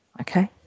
Okay